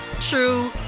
true